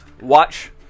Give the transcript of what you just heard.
Watch